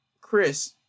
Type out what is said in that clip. Chris